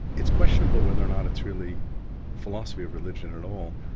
it's questionable whether or not it's really philosophy of religion at all.